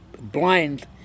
blind